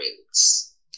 roots